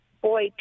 Boy